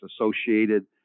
associated